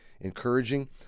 encouraging